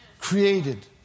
Created